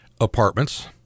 apartments—